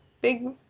Big